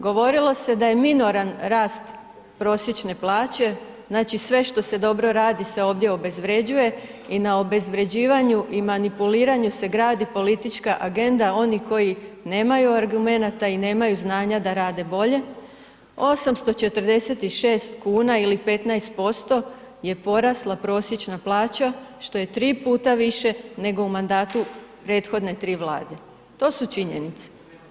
Govorilo se da je minoran rast prosječne plaće, znači sve što se dobro radi se ovdje obezvrjeđuje i na obezvrjeđivanju i manipuliranju se gradi politička agenda onih koji nemaju argumenata i nemaju znanja da rade bolje, 846 kuna ili 15% je porasla prosječna plaća što je 3 puta više nego u mandatu prethodne 3 Vlade, to su činjenice.